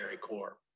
core